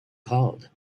called